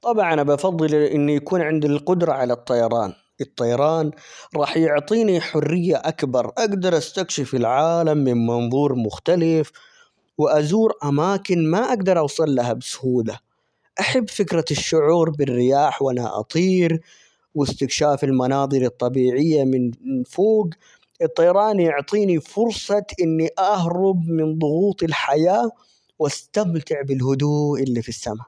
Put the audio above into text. طبعًا، أبى أُفَضِّل إنه يكون عنده القدرة على الطيران، الطيران راح يعطيني حرية أكبر، أجدر أستكشف العالم من منظور مختلف، وأزور أماكن ما أجدر أوصل لها بسهولة، أحب فكرة الشعور بالرياح وأنا أَطِير، واستكشاف المناظر الطبيعية من فوج، الطيران يعطيني فرصة إني أهرب من ضغوط الحياة، وأستمتع بالهدوء اللي في السما.